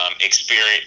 Experience